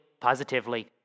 positively